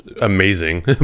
amazing